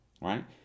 right